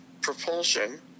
propulsion